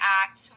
act